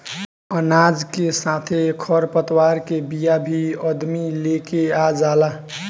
अनाज के साथे खर पतवार के बिया भी अदमी लेके आ जाला